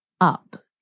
up